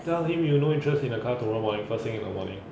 在他 team 没有 no interested in the car tomorrow morning first thing in the morning